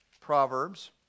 Proverbs